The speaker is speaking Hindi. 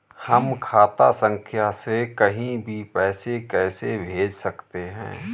हम खाता संख्या से कहीं भी पैसे कैसे भेज सकते हैं?